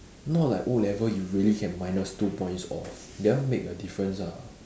not like O-level you really can minus two points off that one make a difference ah